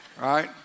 right